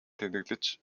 тэмдэглэж